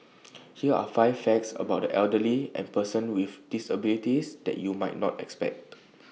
here are five facts about the elderly and persons with disabilities that you might not expect